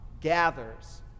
gathers